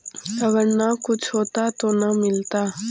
अगर न कुछ होता तो न मिलता?